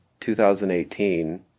2018